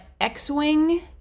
x-wing